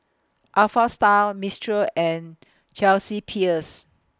Alpha Style Mistral and Chelsea Peers